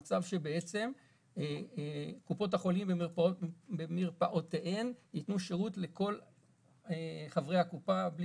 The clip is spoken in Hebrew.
על מצב שקופות החולים במרפאותיהן ייתנו שירות לכל חברי הקופה בלי